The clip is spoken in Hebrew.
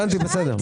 הבנתי, בסדר.